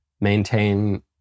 maintain